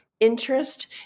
Interest